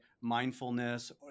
mindfulness